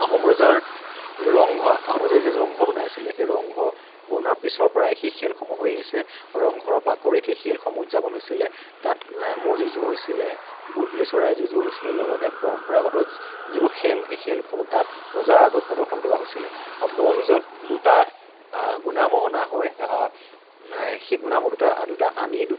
আহোম ৰজাৰ যিটো ৰংঘ আহোম ৰজাই যেতিয়া ৰংঘৰ বনাই আছিলে সেই ৰংঘৰ বনোৱাৰ পিছৰ পৰাই সেই খেলসমূহ হৈ আহিছে ৰংঘৰৰ বাকৰিত সেই খেলসমূহ উদযাপন হৈছিলে তাত ম'হ যুঁজো হৈছিলে বুলবুলি চৰাইৰ যুঁজো হৈছিলে লগতে পৰম্পৰাগত যিবোৰ খেল সেই খেলসমূহ তাত ৰজাৰ আগত প্ৰদৰ্শন কৰোৱা হৈছিলে আৰু ম'হ যুঁজত দুটা গোনা ম'হ অনা হয় সেই গোনা ম'হ দুটা আনি দুটা